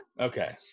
Okay